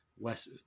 West